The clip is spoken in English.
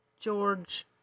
George